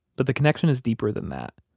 but the connection is deeper than that.